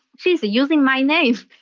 she's using my name.